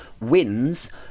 wins